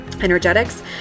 energetics